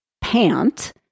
pant